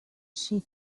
she